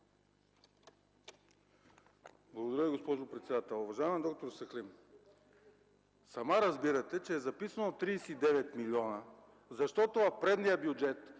Благодаря, госпожо председател. Уважаема д-р Сахлим, сама разбирате, че е записано 39 милиона, защото в предния бюджет